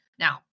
Now